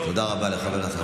תודה רבה לחבר הכנסת אחמד טיבי,